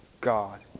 God